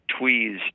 tweezed